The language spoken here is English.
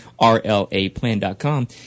RLAplan.com